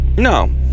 No